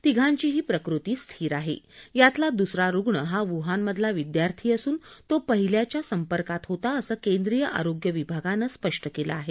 तिघांचीही प्रकृती स्थिर आहे यातला दुसरा रुग्णं हा वुहानमधला विद्यार्थी असून तो पहिल्याच्या संपर्कात होता असं केंद्रीय आरोग्य विभागानं स्पष्टं केलं आहे